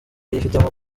yifitemo